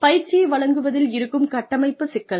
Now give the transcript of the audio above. பயிற்சியை வழங்குவதில் இருக்கும் கட்டமைப்பு சிக்கல்கள்